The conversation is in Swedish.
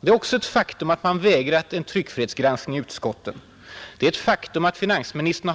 Det är också ett faktum att man man vägrat en tryckfrihetsgranskning i utskottet. Och det är ett faktum att finansministern